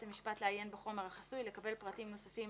המשפט לעיין בחומר החסוי ולקבל פרטים נוספים